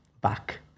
back